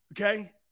Okay